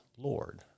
lord